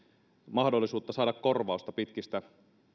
mahdollisuutta saada korvausta pitkistä